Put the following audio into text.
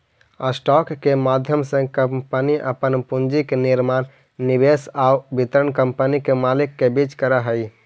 stock के माध्यम से कंपनी अपन पूंजी के निर्माण निवेश आउ वितरण कंपनी के मालिक के बीच करऽ हइ